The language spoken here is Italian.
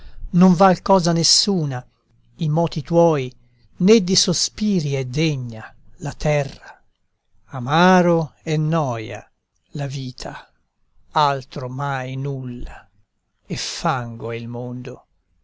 val cosa nessuna i moti tuoi né di sospiri è degna la terra amaro e noia la vita altro mai nulla e fango è il mondo